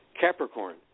Capricorn